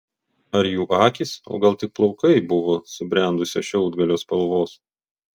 ar jų akys o gal tik plaukai buvo subrendusio šiaudgalio spalvos